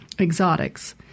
exotics